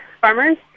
farmers